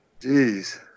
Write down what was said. Jeez